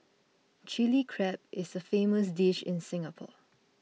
Chilli Crab is a famous dish in Singapore